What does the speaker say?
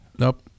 Nope